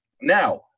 now